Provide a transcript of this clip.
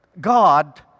God